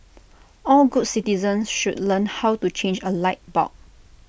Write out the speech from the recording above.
all good citizens should learn how to change A light bulb